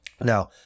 now